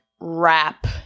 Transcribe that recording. wrap